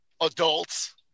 adults